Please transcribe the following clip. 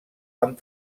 amb